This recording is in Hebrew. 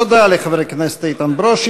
תודה לחבר הכנסת איתן ברושי.